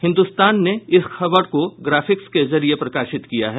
हिन्दुस्तान ने इस खबर को ग्राफिक्स के साथ प्रकाशित किया है